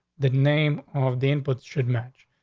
the name of the input should match.